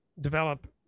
develop